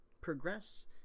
Progress